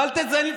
ואל תזיין לי,